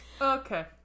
Okay